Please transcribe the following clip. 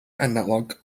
analog